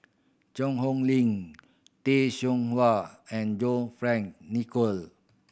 Cheang Hong Lim Tay Seow Huah and John Fearn Nicoll